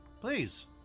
Please